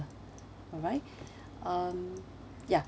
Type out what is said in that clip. alright um ya